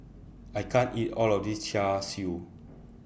I can't eat All of This Char Siu